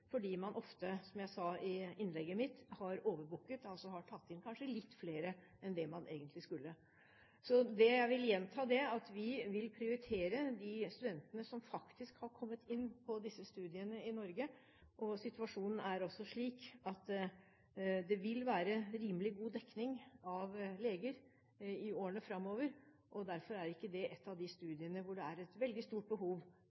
fordi man ofte, som jeg sa i innlegget mitt, har overbooket – altså at man har tatt inn litt flere enn det man egentlig skulle. Jeg vil gjenta at vi vil prioritere de studentene som faktisk har kommet inn på disse studiene i Norge. Situasjonen er også slik at det vil være rimelig god dekning av leger i årene framover, og derfor er ikke det et av de studiene der det er et veldig stort behov